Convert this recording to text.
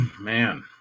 man